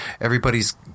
everybody's